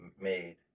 made